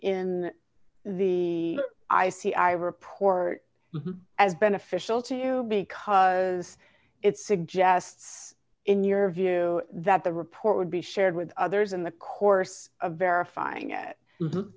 in the i c i report as beneficial to you because it suggests in your view that the report would be shared with others in the course of verifying it